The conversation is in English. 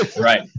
Right